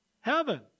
Heaven